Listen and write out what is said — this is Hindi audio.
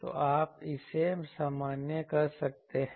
तो आप इसे सामान्य कर सकते हैं